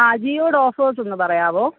ആ ജിയോുടെ ഓഫേഴ്സ് ഒന്ന് പറയാമോ